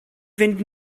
fynd